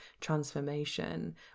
transformation